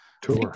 tour